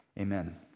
Amen